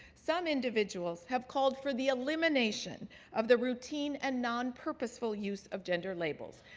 some individuals have called for the elimination of the routine and non-purposeful use of gender labels.